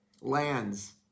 lands